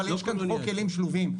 אבל יש כאן חוק כלים שלובים.